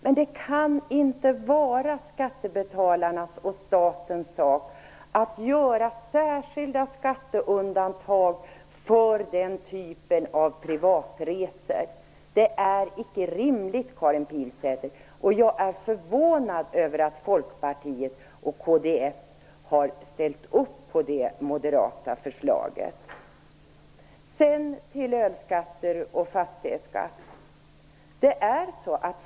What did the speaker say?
Men det kan inte vara skattebetalarnas och statens sak att göra särskilda skatteundantag för den typen av privatresor. Det är icke rimligt, Karin Pilsäter. Jag är förvånad över att Folkpartiet och Kristdemokraterna har ställt upp på det moderata förslaget. Sedan över till detta med ölskatt och fastighetsskatt.